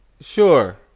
Sure